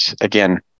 again